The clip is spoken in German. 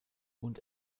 und